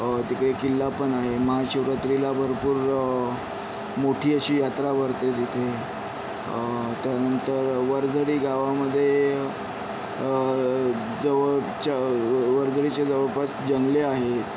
तिकडे किल्ला पण आहे महाशिवरात्रीला भरपूर मोठी अशी यात्रा भरते तिथे त्यानंतर वरझडी गावामध्ये जवळच्या वरझडीच्या जवळपास जंगले आहेत